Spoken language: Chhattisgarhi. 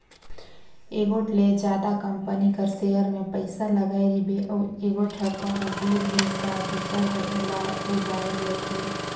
एगोट ले जादा कंपनी कर सेयर में पइसा लगाय रिबे अउ एगोट हर कहों बुइड़ गइस ता दूसर हर ओला उबाएर लेथे